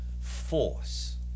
force